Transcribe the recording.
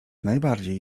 najbardziej